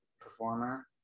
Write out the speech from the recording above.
performer